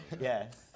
Yes